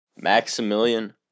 Maximilian